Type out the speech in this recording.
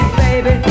baby